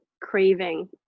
craving